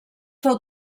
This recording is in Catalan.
fou